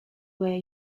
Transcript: where